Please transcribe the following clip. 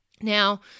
Now